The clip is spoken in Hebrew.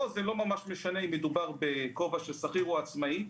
פה זה לא ממש משנה אם מדובר בשכיר או בעצמאי.